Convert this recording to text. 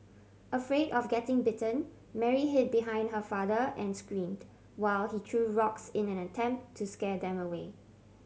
afraid of getting bitten Mary hid behind her father and screamed while he threw rocks in an attempt to scare them away